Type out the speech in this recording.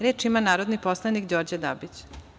Reč ima narodni poslanik Đorđe Dabić.